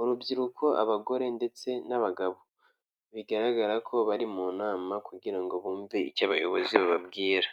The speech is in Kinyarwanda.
urubyiruko, abagore, ndetse n'abagabo, bigaragara ko bari mu nama kugira ngo bumve icyo abayobozi bababwira.